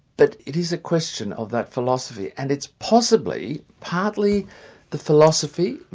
but it is a question of that philosophy, and it's possibly partly the philosophy,